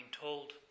told